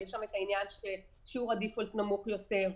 יש שם את העניין ששיעור הדיפולט נמוך יותר,